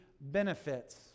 benefits